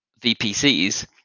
VPCs